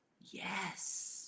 Yes